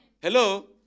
Hello